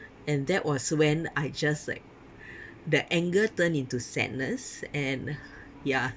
and that was when I just like the anger turned into sadness and ya